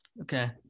Okay